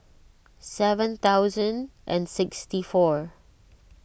seven thousand and sixty four